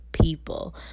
people